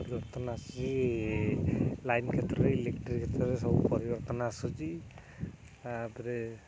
ପରିବର୍ତ୍ତନ ଆସୁଛି ଲାଇନ କ୍ଷେତ୍ରରେ ଇଲେକ୍ଟ୍ରି କ୍ଷେତ୍ରରେ ସବୁ ପରିବର୍ତ୍ତନ ଆସୁଛି ତା'ପରେ